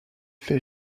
fait